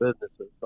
businesses